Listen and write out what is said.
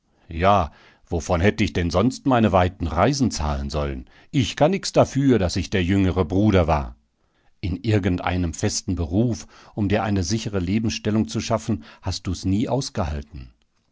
ja wovon hätt ich denn sonst meine weiten reisen zahlen sollen ich kann nix dafür daß ich der jüngere bruder war in irgendeinem festen beruf um dir eine sichere lebensstellung zu schaffen hast du's nie ausgehalten